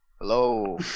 Hello